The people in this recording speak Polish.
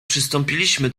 przystąpiliśmy